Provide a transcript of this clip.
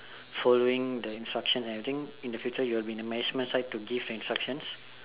following the instruction everything in the future you will be in the management side to give an instructions